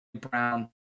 Brown